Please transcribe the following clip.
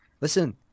listen